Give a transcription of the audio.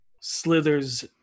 slithers